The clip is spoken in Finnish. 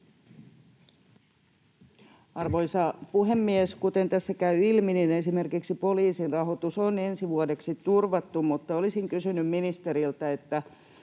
Arvoisa puhemies! Kuten tässä käy ilmi, niin esimerkiksi poliisin rahoitus on ensi vuodeksi turvattu, mutta olisin kysynyt ministeriltä siitä,